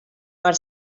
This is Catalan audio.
per